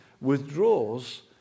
withdraws